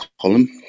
column